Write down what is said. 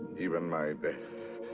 even my death.